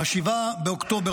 ב-7 באוקטובר,